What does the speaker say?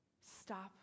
Stop